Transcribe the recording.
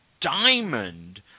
diamond